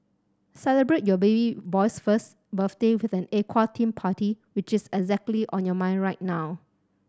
celebrate your baby boy's first birthday with an aqua theme party which is exactly on your mind right now